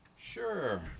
Sure